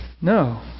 No